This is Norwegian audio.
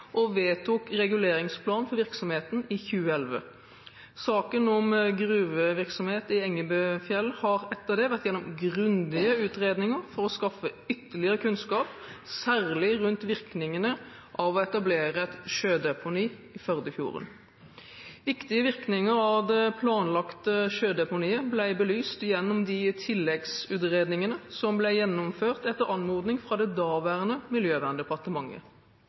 og vedtok reguleringsplan for virksomheten i 2011. Saken om gruvevirksomhet i Engebøfjellet har etter det vært gjennom grundige utredninger for å skaffe ytterligere kunnskap, særlig rundt virkningene av å etablere et sjødeponi i Førdefjorden. Viktige virkninger av det planlagte sjødeponiet ble belyst gjennom de tilleggsutredningene som ble gjennomført etter anmodning fra det daværende Miljøverndepartementet.